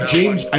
James